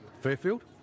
Fairfield